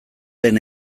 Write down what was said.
den